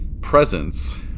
presence